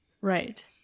Right